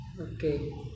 okay